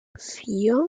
vier